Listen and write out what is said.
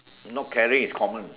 not caring is common